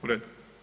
U redu.